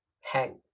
hanged